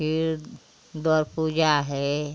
फिर द्वार पूजा है